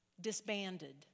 disbanded